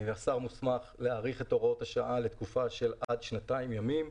השר מוסמך להאריך את הוראות השעה לתקופה של עד שנתיים ימים,